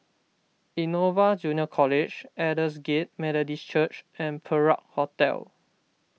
Innova Junior College Aldersgate Methodist Church and Perak Hotel